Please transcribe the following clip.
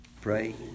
Pray